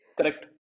Correct